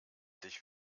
sich